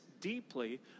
deeply